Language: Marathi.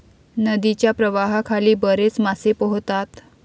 नदीच्या प्रवाहाखाली बरेच मासे पोहतात